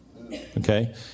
Okay